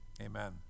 amen